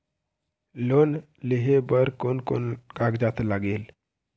Loan लेहे बर कोन कोन कागजात लागेल?